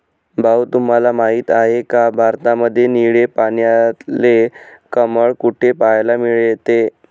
भाऊ तुम्हाला माहिती आहे का, भारतामध्ये निळे पाण्यातले कमळ कुठे पाहायला मिळते?